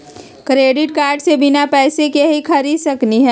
Credit card से बिना पैसे के ही खरीद सकली ह?